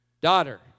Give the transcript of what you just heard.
daughter